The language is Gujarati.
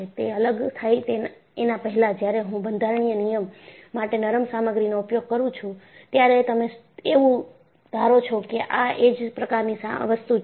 તે અલગ થાય એના પહેલાં જ્યારે હું બંધારણીય નિયમ માટે નરમ સામગ્રીનો ઉપયોગ કરું છું ત્યારે તમે એવું ધારો છો કે આ એ જ પ્રકારની વસ્તુ છે